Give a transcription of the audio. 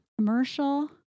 commercial